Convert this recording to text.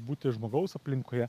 būti žmogaus aplinkoje